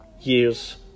years